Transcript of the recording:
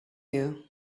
you